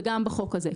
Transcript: גם בחוק הזה.